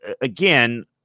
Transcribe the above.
Again